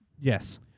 Yes